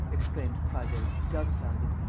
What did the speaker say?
exclaimed prasville, dumbfounded,